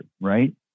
right